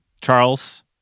Charles